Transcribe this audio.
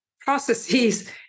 processes